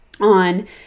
on